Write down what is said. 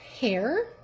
hair